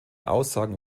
aussagen